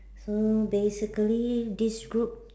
so basically this group